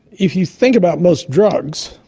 if you think about most drugs,